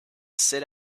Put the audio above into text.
sit